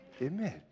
image